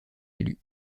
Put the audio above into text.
élus